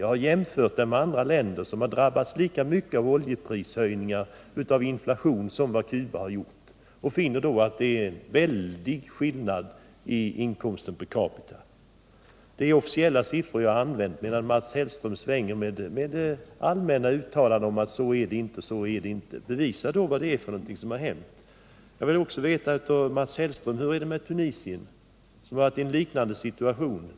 Jag har jämfört med andra länder som drabbats lika mycket av oljeprishöjningar och inflation som Cuba har gjort, och jag har då funnit att det är en väldig skillnad i inkomster per capita. Det är officiella siffror jag har använt medan Mats Hellström svänger sig med allmänna uttalanden. Bevisa då vad det är som hänt! Jag vill också veta av Mats Hellström hur det är med Tunisien, som har varit i en liknande situation.